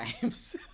times